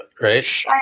right